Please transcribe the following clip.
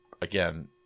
again